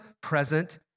present